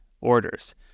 orders